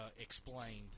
explained